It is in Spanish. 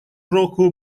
rojo